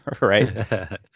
right